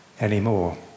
anymore